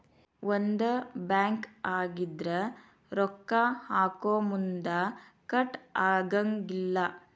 ಒಂದ ಬ್ಯಾಂಕ್ ಆಗಿದ್ರ ರೊಕ್ಕಾ ಹಾಕೊಮುನ್ದಾ ಕಟ್ ಆಗಂಗಿಲ್ಲಾ